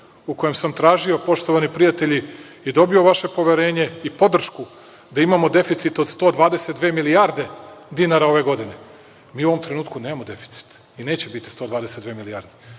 u kojem sam tražio, poštovani prijatelji, i dobio vaše poverenje i podršku, da imamo deficit od 122 milijarde dinara ove godine. Mi u ovom trenutku nemamo deficit i neće biti 122 milijarde.